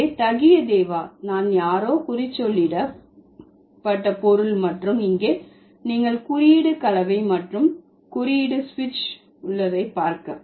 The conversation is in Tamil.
எனவே தகியே தேவ நான் யாரோ குறிச்சொல்லிட பட்ட பொருள் மற்றும் இங்கே நீங்கள் குறியீடு கலவை மற்றும் குறியீடு சுவிட்ச் உள்ளது பார்க்க